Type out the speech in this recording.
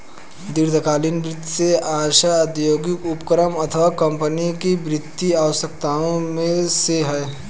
दीर्घकालीन वित्त से आशय औद्योगिक उपक्रम अथवा कम्पनी की वित्तीय आवश्यकताओं से है